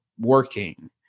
working